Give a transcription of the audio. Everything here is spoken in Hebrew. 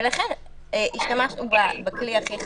ולכן השתמשנו בכלי הכי חזק,